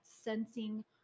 sensing